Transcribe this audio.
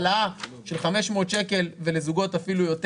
העלאה של 500 שקלים ולזוגות אפילו יותר